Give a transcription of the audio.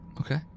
Okay